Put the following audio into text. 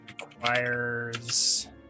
requires